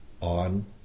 on